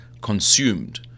consumed